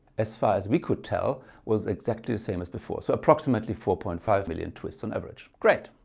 as far as we could tell was exactly the same as before, so approximately four point five million twists on average. great,